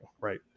right